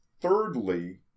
Thirdly